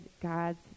God's